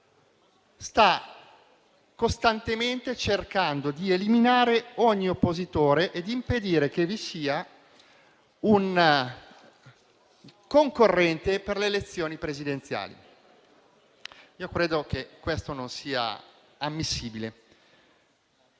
Sta costantemente cercando di eliminare ogni oppositore e di impedire che vi sia un concorrente per le elezioni presidenziali. Credo che questo non sia ammissibile.